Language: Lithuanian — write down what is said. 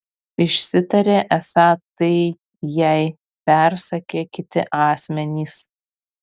išsitarė esą tai jai persakę kiti asmenys